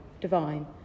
divine